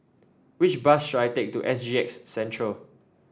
which bus should I take to S G X central